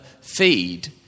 feed